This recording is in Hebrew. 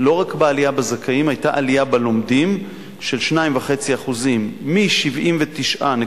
שלא לומדים בכלל לבגרות הישראלית,